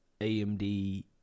AMD